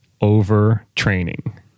overtraining